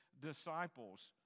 disciples